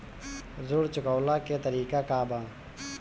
ऋण चुकव्ला के तरीका का बा?